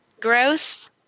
gross